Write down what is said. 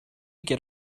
get